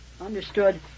understood